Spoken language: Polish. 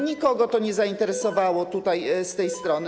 Nikogo to nie zainteresowało tutaj, z tej strony.